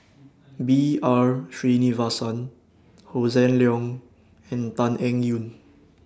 B R Sreenivasan Hossan Leong and Tan Eng Yoon